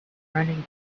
running